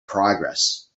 progress